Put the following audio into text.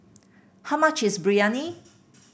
how much is Biryani